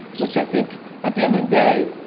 which i think at the end of the day,